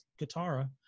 Katara